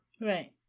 Right